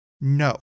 no